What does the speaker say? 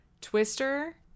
Twister